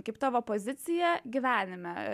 kaip tavo pozicija gyvenime